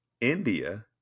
India